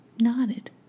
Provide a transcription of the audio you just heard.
nodded